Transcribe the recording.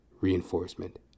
reinforcement